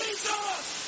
Jesus